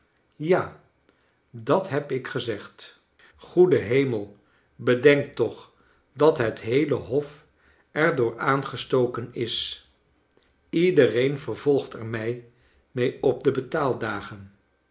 ja dat heb ik gezegd goede hemel bedenk toch dat het heele hof er door aangestoken is iedereen vervolgt er mij mee op de betaaldagen